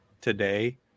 today